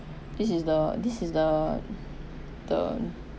this is the this is the the